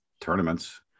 tournaments